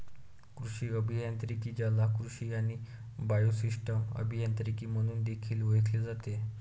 कृषी अभियांत्रिकी, ज्याला कृषी आणि बायोसिस्टम अभियांत्रिकी म्हणून देखील ओळखले जाते